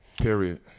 period